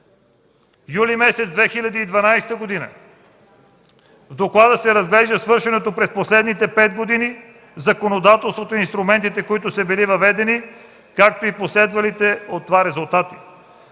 юли месец 2012 г. в доклада се разглежда извършеното през последните 5 години в законодателството и инструментите, които са били въведени, както и последвалите от това резултати: